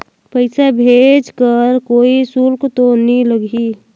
पइसा भेज कर कोई शुल्क तो नी लगही?